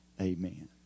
Amen